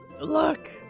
Look